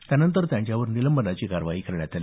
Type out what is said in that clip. त्यानंतर त्यांच्यावर निलंबनाची कारवाई करण्यात आली